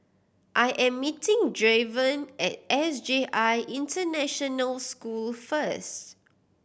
I am meeting Draven at S J I International School first